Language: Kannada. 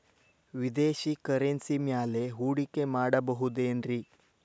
ವಿದೇಶಿ ಕರೆನ್ಸಿ ಮ್ಯಾಲೆ ಹೂಡಿಕೆ ಮಾಡಬಹುದೇನ್ರಿ?